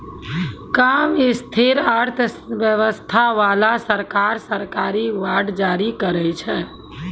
कम स्थिर अर्थव्यवस्था बाला सरकार, सरकारी बांड जारी करै छै